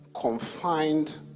confined